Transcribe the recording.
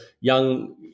young